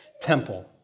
temple